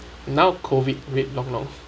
now COVID wait long long